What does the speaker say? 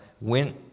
went